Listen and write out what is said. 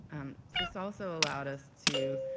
this also allowed us to